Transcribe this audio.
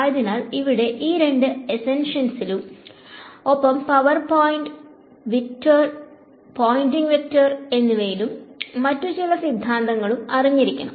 ആയതിനാൽ ഇവിടെ ഈ രണ്ട് എസ്സെൻഷ്യൽസിനും ഒപ്പം പവർ പോയിന്റിംഗ് വെക്ടർ എന്നിവയും മറ്റു chila സിദ്ധാന്തങ്ങളും അറിഞ്ഞിരിക്കണം